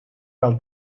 wel